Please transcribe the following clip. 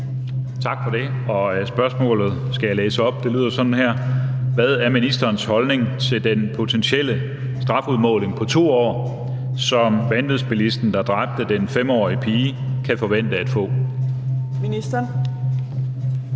Tak for det. Jeg skal læse spørgsmålet op, og det lyder sådan her: Hvad er ministerens holdning til den potentielle strafudmåling på 2 år, som vanvidsbilisten, der dræbte den 5-årige pige, kan forvente at få? Kl.